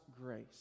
grace